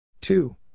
two